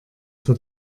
für